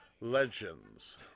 Legends